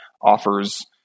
offers